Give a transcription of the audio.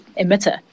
emitter